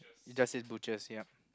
it just says butcher yup